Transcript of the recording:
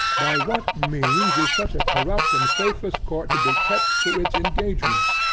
by what means is such a corrupt and faithless court to be kept to its engagements?